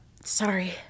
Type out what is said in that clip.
Sorry